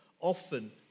often